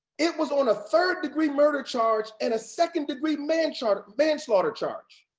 it was on a third degree murder charge and a second degree manslaughter manslaughter charge.